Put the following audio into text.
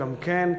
גם כן.